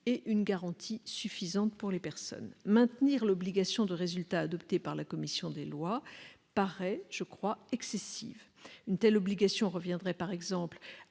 une garantie suffisante pour les personnes. Maintenir l'obligation de résultat adoptée par la commission des lois paraît, je crois, excessif. Une telle obligation reviendrait par exemple à